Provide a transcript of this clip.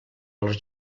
els